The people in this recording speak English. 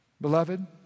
beloved